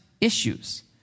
issues